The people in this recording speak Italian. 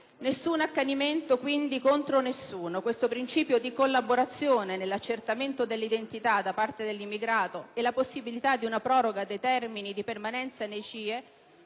Nessun accanimento contro nessuno, quindi: questo principio di collaborazione nell'accertamento dell'identità da parte dell'immigrato e la possibilità di una proroga dei termini di permanenza nei CIE,